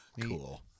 Cool